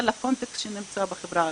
אבל לקונטקסט שנמצא בחברה הערבית.